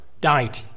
died